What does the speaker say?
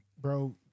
bro